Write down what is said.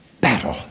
battle